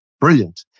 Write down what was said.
Brilliant